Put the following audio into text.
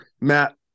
Matt